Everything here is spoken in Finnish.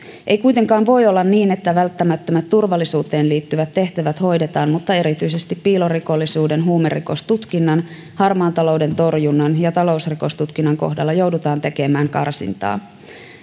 ei kuitenkaan voi olla niin että välttämättömät turvallisuuteen liittyvät tehtävät hoidetaan mutta erityisesti piilorikollisuuden huumerikostutkinnan harmaan talouden torjunnan ja talousrikostutkinnan kohdalla joudutaan tekemään karsintaa